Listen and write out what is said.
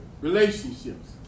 relationships